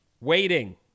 Waiting